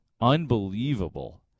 Unbelievable